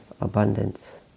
Abundance